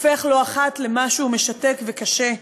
הופך לא אחת למשהו משתק וקשה,